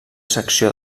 secció